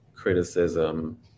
criticism